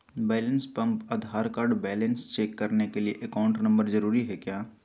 Balance pump Aadhaar card balance check करने के लिए अकाउंट नंबर जरूरी है क्या?